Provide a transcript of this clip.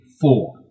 four